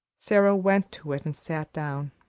sara went to it and sat down.